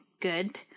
good